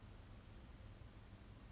miss B have a lot of saving